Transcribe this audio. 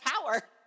power